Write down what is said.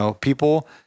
people